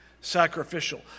sacrificial